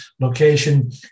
location